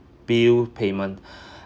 bill payment